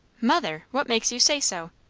mother! what makes you say so?